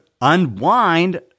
unwind